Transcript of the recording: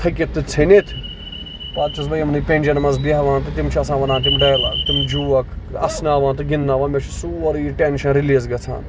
تھٔکِتھ تہٕ ژیٚنِتھ پَتہٕ چھُس بہٕ یِمنٕے پیجٮ۪ن منٛز بیٚہوان تِم چھِ آسان وَنان تِم ڈیلاگ تِم جوک اَسَناوان تہٕ گِندناوان مےٚ چھُ سورُے یہِ ٹینشن رِلیٖز گژھان